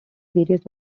various